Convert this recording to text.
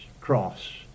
cross